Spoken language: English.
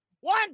One